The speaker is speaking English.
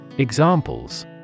Examples